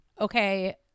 okay